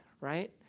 right